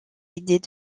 idées